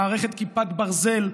מערכת כיפת ברזל,